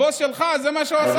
הבוס שלך, זה מה שהוא עשה.